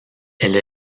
elle